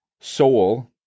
soul